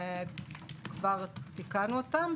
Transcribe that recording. וכבר תיקנו אותם.